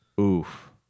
Oof